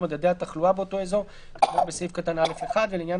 מדדי התחלואה באותו אזור כאמור בסעיף קטן (א)(1) ולעניין